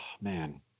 man